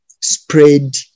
spread